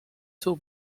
too